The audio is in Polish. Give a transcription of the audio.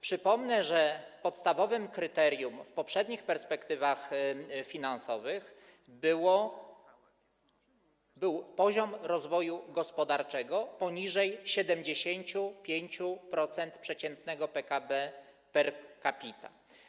Przypomnę, że podstawowym kryterium w poprzednich perspektywach finansowych był poziom rozwoju gospodarczego poniżej 75% przeciętnego PKB per capita.